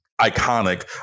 iconic